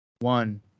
one